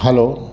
hello